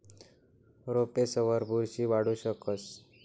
रोपेसवर बुरशी वाढू शकस